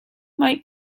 might